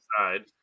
side